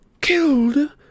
Killed